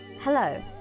Hello